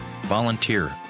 Volunteer